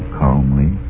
calmly